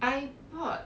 I bought